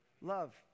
love